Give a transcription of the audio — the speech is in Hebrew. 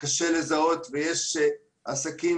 קשה לזהות ויש עסקים